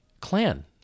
clan